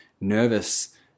nervous